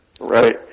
Right